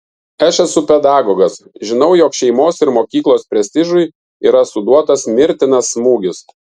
aš esu pedagogas žinau jog šeimos ir mokyklos prestižui yra suduotas mirtinas smūgis